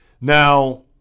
Now